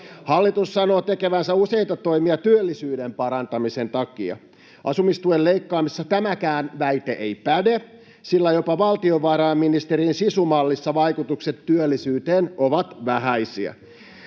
Hallitus sanoo tekevänsä useita toimia työllisyyden parantamisen takia. Asumistuen leikkaamisessa tämäkään väite ei päde, sillä jopa valtiovarainministerin SISU-mallissa vaikutukset työllisyyteen ovat vähäisiä.